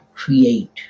create